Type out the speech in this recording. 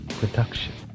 production